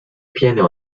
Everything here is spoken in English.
piano